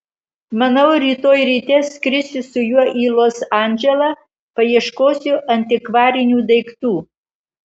manau rytoj ryte skrisiu su juo į los andželą paieškosiu antikvarinių daiktų